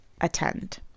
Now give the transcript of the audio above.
attend